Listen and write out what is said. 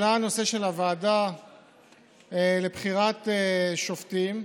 עלה נושא הוועדה לבחירת שופטים,